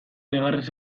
negarrez